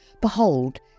Behold